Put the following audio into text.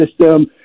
system